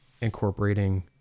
incorporating